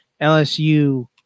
LSU